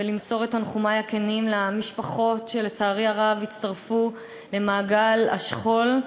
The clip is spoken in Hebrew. ולמסור את תנחומי הכנים למשפחות שלצערי הרב הצטרפו למעגל השכול.